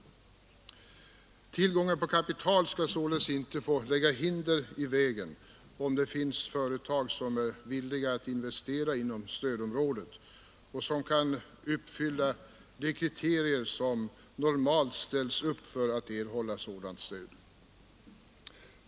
Brist på kapital får således inte lägga hinder i vägen, om det finns företag som är villiga att investera inom stödområdet och om de uppfyller de kriterier som normalt ställs upp för att erhålla sådant stöd.